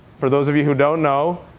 for those of you who don't know,